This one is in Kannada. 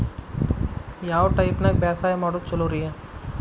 ಯಾವ ಟೈಪ್ ನ್ಯಾಗ ಬ್ಯಾಸಾಯಾ ಮಾಡೊದ್ ಛಲೋರಿ?